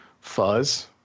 fuzz